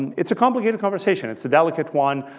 it's a complicated conversation. it's a delicate one,